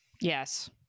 Yes